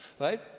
Right